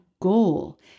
goal